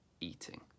eating